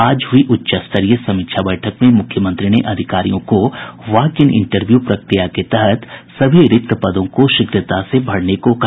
आज हुई उच्च स्तरीय समीक्षा बैठक में मुख्यमंत्री ने अधिकारियों को वॉक इन इंटरव्यू प्रक्रिया के तहत सभी रिक्त पदों को शीघ्रता से भरने को कहा